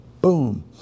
boom